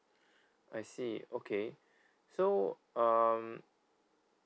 I see okay so um